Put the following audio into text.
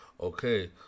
Okay